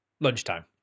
lunchtime